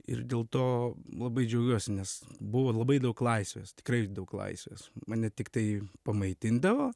ir dėl to labai džiaugiuosi nes buvo labai daug laisvės tikrai daug laisvės mane tiktai pamaitindavo